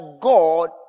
God